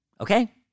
okay